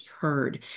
heard